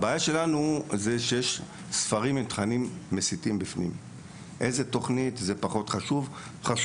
הבעיה שלנו היא שיש ספרים עם תכנים מסיתים וזה עיקר החשיבות,